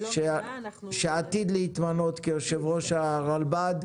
שאנחנו מסתכלים כך על הדברים.